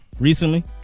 recently